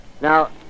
Now